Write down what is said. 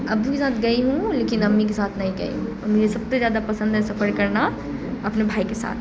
ابو کے ساتھ گئی ہوں لیکن امی کے ساتھ نہیں گئی ہوں اور مجھے سب سے زیادہ پسند ہے سفر کرنا اپنے بھائی کے ساتھ